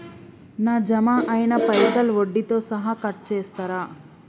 నా జమ అయినా పైసల్ వడ్డీతో సహా కట్ చేస్తరా?